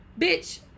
bitch